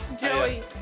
Joey